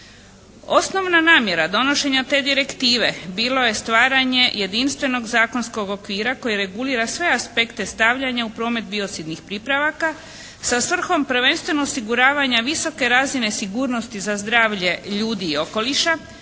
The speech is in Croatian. Osnovna namjera donošenja te direktive bilo je stvaranje jedinstvenog zakonskog okvira koji regulira sve aspekta stavljanja u promet biocidnih pripravaka sa svrhom prvenstveno osiguravanja visoke razine sigurnosti za zdravlje ljudi i okoliša.